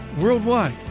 worldwide